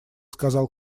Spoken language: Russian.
сказал